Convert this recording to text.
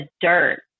dirt